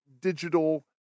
digital